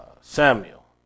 Samuel